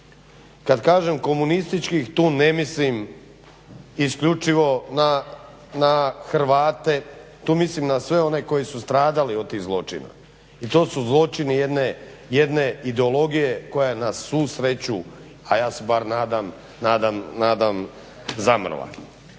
Kad kažem komunističkih tu ne mislim isključivo na Hrvate, tu mislim na sve one koji su stradali od tih zločina. I to su zločini jedne ideologije koja je na svu sreću, a ja se bar nadam zamrla.